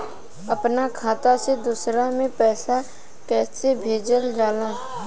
अपना खाता से दूसरा में पैसा कईसे भेजल जाला?